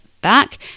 back